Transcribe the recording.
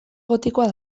gotikoa